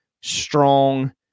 strong